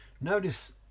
Notice